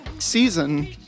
Season